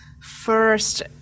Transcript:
First